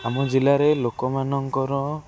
ଆମ ଜିଲ୍ଲାରେ ଲୋକମାନଙ୍କର